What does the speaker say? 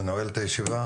אני נועל את הישיבה,